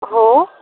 हो